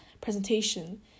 presentation